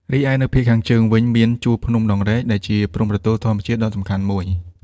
រីឯនៅភាគខាងជើងវិញមាន ជួរភ្នំដងរែក ដែលជាព្រំប្រទល់ធម្មជាតិដ៏សំខាន់មួយ។